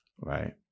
Right